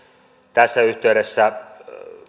tässä yhteydessä